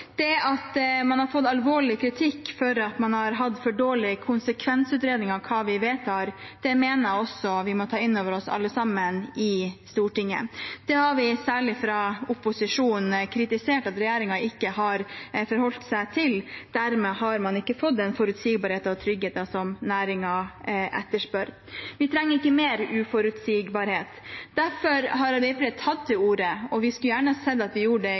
Det at man har fått alvorlig kritikk for at man har hatt for dårlig konsekvensutredning av det vi vedtar, mener jeg også at vi må ta inn over oss – alle sammen i Stortinget. Det har særlig vi fra opposisjonen kritisert at regjeringen ikke har forholdt seg til. Dermed har man ikke fått den forutsigbarheten og tryggheten som næringen etterspør. Vi trenger ikke mer uforutsigbarhet. Derfor har Arbeiderpartiet tatt til orde for å få på plass en oppdatert kvotemelding. Det er særdeles viktig, og vi skulle gjerne ha sett at